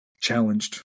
challenged